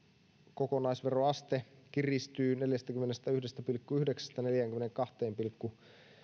kokonaisveroaste kiristyy neljästäkymmenestäyhdestä pilkku yhdeksästä neljäänkymmeneenkahteen pilkku